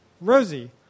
Rosie